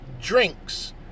drinks